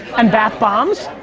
and bath bombs?